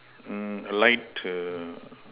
mm light err